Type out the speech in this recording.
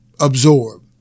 absorb